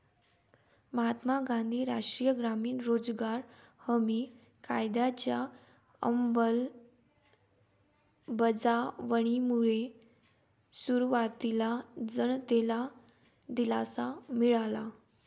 महात्मा गांधी राष्ट्रीय ग्रामीण रोजगार हमी कायद्याच्या अंमलबजावणीमुळे सुरुवातीला जनतेला दिलासा मिळाला